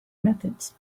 methods